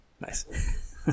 Nice